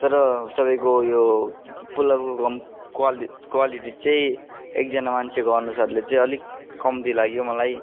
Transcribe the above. तर तपाईँको यो पुलावको क्वा क्वालिटी चाहिँ एकजना मान्छेको अनुसारले चाहिँ अलिक कम्ती लाग्यो मलाई